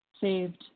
saved